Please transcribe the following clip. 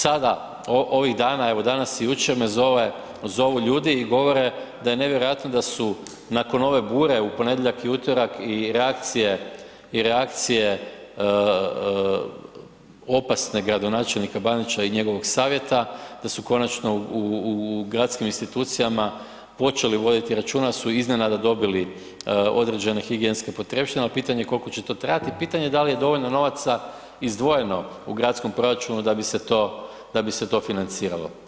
Sada, ovih dana, evo danas i jučer me zove, zovu ljudi i govore da je nevjerojatno da su nakon ove bure u ponedjeljak i utorak i reakcije, i reakcije opasne gradonačelnika Bandića i njegovog savjeta da su konačno u, u, u gradskim institucijama počeli voditi računa da su iznenada dobili određene higijenske potrepštine, al pitanje je kolko će to trajati i pitanje je dal je dovoljno novaca izdvojeno u gradskom proračunu da bi se to, da bi se to financiralo.